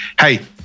hey